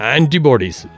Antibodies